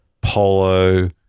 polo